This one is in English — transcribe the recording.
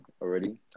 already